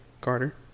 Carter